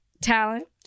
Talent